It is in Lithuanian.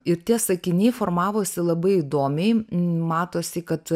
ir tie sakiniai formavosi labai įdomiai matosi kad